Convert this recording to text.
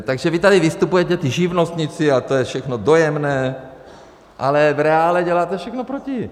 Takže vy tady vystupujete, ti živnostníci, a to je všechno dojemné, ale v reálu děláte všechno proti.